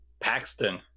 Paxton